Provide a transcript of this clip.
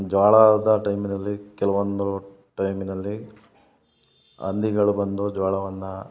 ಜೋಳದ ಟೈಮಿನಲ್ಲಿ ಕೆಲವೊಂದು ಟೈಮಿನಲ್ಲಿ ಹಂದಿಗಳು ಬಂದು ಜೋಳವನ್ನ